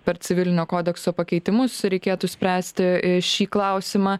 per civilinio kodekso pakeitimus reikėtų spręsti šį klausimą